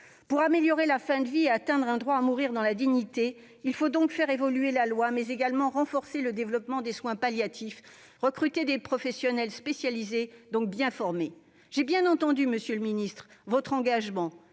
Pour améliorer la fin de vie et mettre en oeuvre un droit à mourir dans la dignité, il faut donc faire évoluer la loi, mais également renforcer le développement des soins palliatifs, recruter des professionnels spécialisés, donc bien formés. J'ai bien entendu votre engagement,